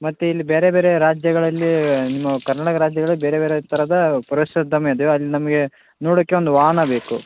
ಮತ್ತೆ ಇಲ್ಲಿ ಬೇರೆ ಬೇರೆ ರಾಜ್ಯಗಳಲ್ಲಿ ನಿಮ್ಮ ಕರ್ನಾಟಕ ರಾಜ್ಯಗಳೇ ಬೇರೆ ಬೇರೆ ಥರದ ಫ್ರಶ್ ಉದ್ಯಮಿದೆ ಅಲ್ಲಿ ನಮಗೆ ನೋಡೋಕೆ ಒಂದು ವಾಹನ ಬೇಕು